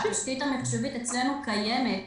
התשתית המיחשובית אצלנו קיימת.